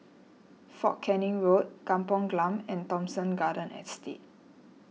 fort Canning Road Kampung Glam and Thomson Garden Estate